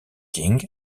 king